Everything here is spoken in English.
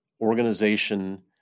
organization